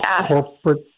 corporate